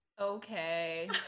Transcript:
Okay